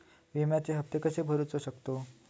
विम्याचे हप्ते कसे भरूचो शकतो?